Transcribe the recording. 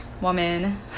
woman